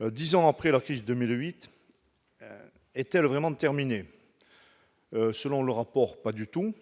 Dix ans après, la crise de 2008 est-elle vraiment terminée ? Selon le rapport, pas du tout ;